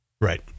Right